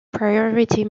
priority